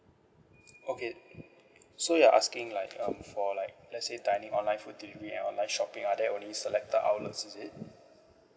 okay so you're asking like um for like let's say dining online food delivery and online shopping are there only selected outlets is it